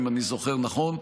אם אני זוכר נכון.